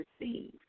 receive